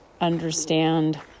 understand